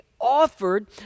offered